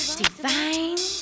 divine